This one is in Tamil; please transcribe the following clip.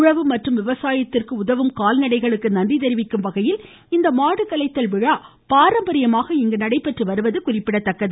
உழவு மற்றும் விவசாயத்திற்கு உதவும் கால்நடைகளுக்கு நன்றி தெரிவிக்கும் வகையில் இந்த மாடு கலைத்தல் விழா பாரம்பரியமாக நடைபெற்று வருவது குறிப்பிடத்தக்கது